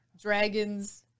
Dragons